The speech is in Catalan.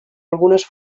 algunes